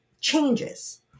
changes